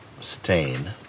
stain